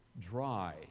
dry